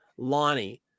lonnie